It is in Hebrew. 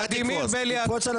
ולדימיר בליאק.